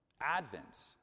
Advent